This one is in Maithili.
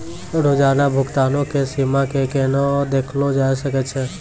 रोजाना भुगतानो के सीमा के केना देखलो जाय सकै छै?